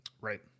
right